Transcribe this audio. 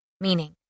Meaning